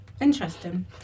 Interesting